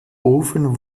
ofen